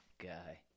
guy